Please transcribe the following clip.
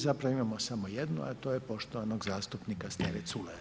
Zapravo imamo samo jednu, a to je poštovanog zastupnika Steve Culeja.